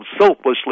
selflessly